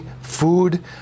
food